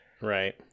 Right